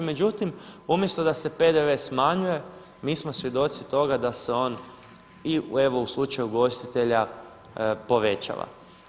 Međutim, umjesto da se PDV smanjuje mi smo svjedoci toga da se on i evo u slučaju ugostitelja povećava.